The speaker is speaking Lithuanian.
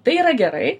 tai yra gerai